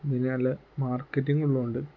ഇതിനു നല്ല മാർക്കറ്റിംഗ് ഉള്ളതു കൊണ്ട്